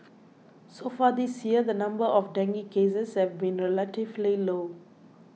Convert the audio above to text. so far this year the number of dengue cases have been relatively low